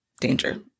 danger